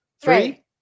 Three